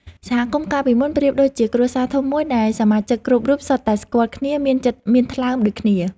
សហគមន៍កាលពីមុនប្រៀបដូចជាគ្រួសារធំមួយដែលសមាជិកគ្រប់រូបសុទ្ធតែស្គាល់គ្នាមានចិត្តមានថ្លើមដូចគ្នា។